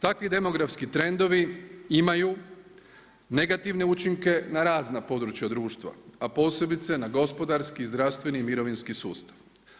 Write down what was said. Takvi demografski trendovi imaju negativne učinke na razna područja društva a posebice na gospodarski, zdravstveni i mirovinski sustav.